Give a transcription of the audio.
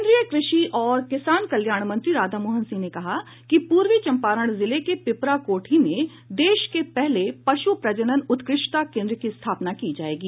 केन्द्रीय कृषि और किसान कल्याण मंत्री राधामोहन सिंह ने कहा है कि पूर्वी चम्पारण जिले के पीपराकोठी में देश के पहले पशु प्रजनन उत्कृष्टता कोन्द्र की स्थापना की जायेगी